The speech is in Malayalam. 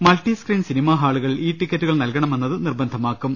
മൾട്ടി സ്ക്രീൻ സിനിമാ ഹാളുകൾ ഇ ടിക്കറ്റുകൾ നൽകണമെ ന്നത് നിർബന്ധമാക്കും